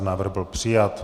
Návrh byl přijat.